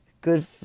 Good